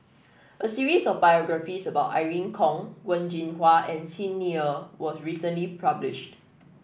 a series of biographies about Irene Khong Wen Jinhua and Xi Ni Er was recently published